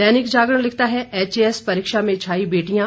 दैनिक जागरण लिखता है एचएएस परीक्षा में छाई बेटियां